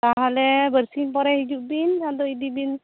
ᱛᱟᱦᱚᱞᱮ ᱵᱟᱨᱥᱤᱧ ᱯᱚᱨᱮ ᱦᱤᱡᱩᱜ ᱵᱤᱱ ᱟᱫᱚ ᱤᱫᱤ ᱵᱤᱱ